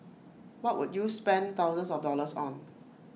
what would you spend thousands of dollars on